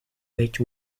which